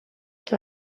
que